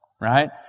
right